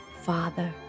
father